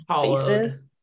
faces